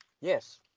Yes